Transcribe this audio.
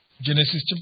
Genesis